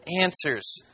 answers